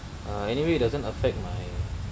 ah anyway it doesn't affect